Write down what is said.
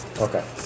Okay